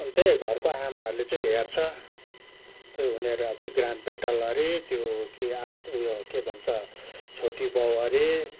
अनि त्यही हो घरको आमाहरूले चाहिँ हेर्छ त्यो उनीहरू अब त्यो क्राइम पेट्रोल अरे त्यो के आस उयो के भन्छ छोटी बहु अरे